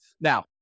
Now